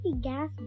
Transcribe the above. gas